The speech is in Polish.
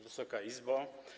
Wysoka Izbo!